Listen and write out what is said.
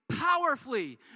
powerfully